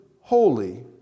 holy